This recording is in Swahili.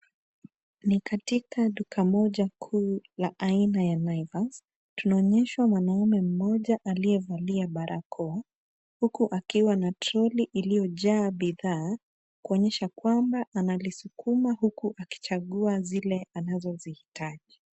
Ni katika duka moja kuu la aina ya Naivas, tunaonyeshwa mwanaume mmoja aliyevalia barakoa huku akiwa na toroli iliyojaa bidhaa kuonyesha kwamba analisukuma huku akichagua zile anazozihitaji.